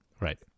Right